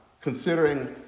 considering